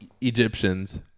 Egyptians